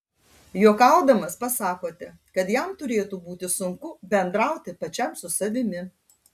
juokaudamas pasakote kad jam turėtų būti sunku bendrauti pačiam su savimi